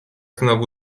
znowu